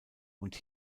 und